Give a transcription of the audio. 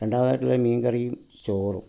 രണ്ടാമതായിട്ടുള്ള മീൻകറിയും ചോറും